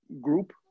group